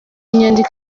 nyandiko